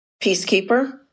Peacekeeper